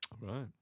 Right